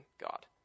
God